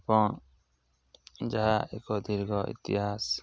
ଏବଂ ଯାହା ଏକ ଦୀର୍ଘ ଇତିହାସ